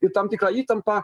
ir tam tikrą įtampą